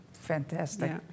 Fantastic